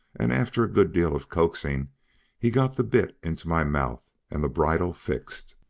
and after a good deal of coaxing he got the bit into my mouth and the bridle fixed,